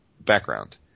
background